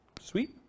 Sweet